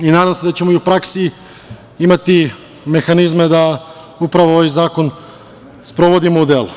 Nadam se da ćemo i u praksi imati mehanizme da upravo ovaj zakon sprovodimo u delo.